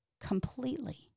completely